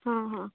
हां हां